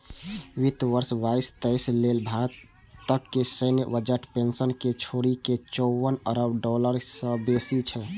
वित्त वर्ष बाईस तेइस लेल भारतक सैन्य बजट पेंशन कें छोड़ि के चौवन अरब डॉलर सं बेसी छै